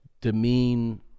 demean